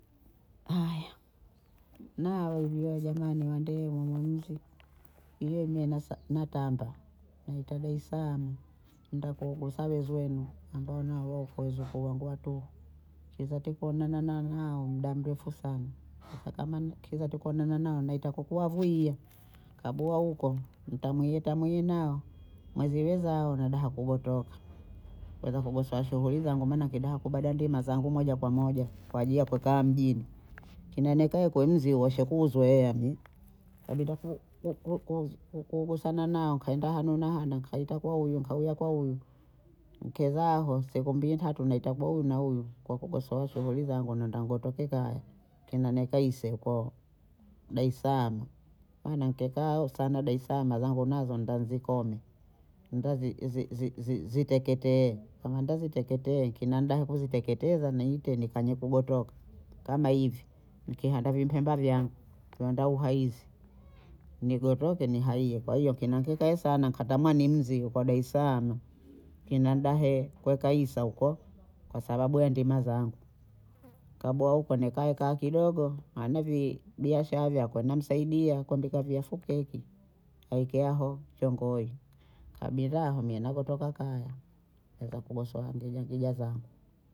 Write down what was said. Haya nnao ujua wazamani wende mwe mzi hiyo mie nasa natamba, naita daesaama nenda kuguuza wezi wenu ambao nao weku wezukuu wangu watuhu, kiza tikuonana nami hao muda mrefu sana hata kama ni kieza kuonana nao naita kupuwavuiya kabuha huko ntamwiye tamwiye nao mwezi wezao nadaha kugotoka weza kugosowa shughuli zangu maana nikidaha kubada ndima zangu moja kwa moja kwa ajiyi ya kukaa mjini, kena nikae kwenzie weshakuzoea mie, Kabinda ku- ku- ku- ku- kugusana nao nkaenda hanu na hana nkaita kwa huyu kauya kwa huyu, nkezaho siku mbiyi ntatu naita bohu huyu na huyu kwa kugosowa shughuli zangu nenda ngotoke kaya kena nika ise huko daesaama maana nkikaa aho sana daesaama zangu nazo ndanzikome ndazi zi- zi- zi- ziteketee kama ndaziteketee nkina muda wa kuziteketeza niite nkanye kugotoka kama hivi nkihamba vimpemba vyangu kiondoa uhaisi nigotoke nihaiye. kwa hiyo nkeku nkikae sana nkatamani mzi wa daesaama, kina mdahe kuweka hisa huko kwa sababu ya ndima zangu, nkaboha huko nkae kae kidogo, maana vi- vibiashaya vyako namsaidia kuambika vihafu keki aeke aho chongoyi, kabinda aho mi nagotoka kaya, naenda kugosowa ngijangija zangu